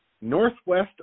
Northwest